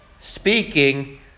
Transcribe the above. speaking